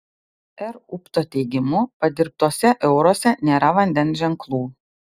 r upto teigimu padirbtuose euruose nėra vandens ženklų